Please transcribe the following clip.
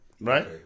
right